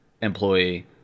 employee